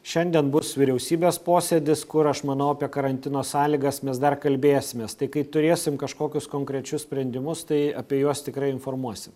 šiandien bus vyriausybės posėdis kur aš manau apie karantino sąlygas mes dar kalbėsimės kai turėsim kažkokius konkrečius sprendimus tai apie juos tikrai informuosim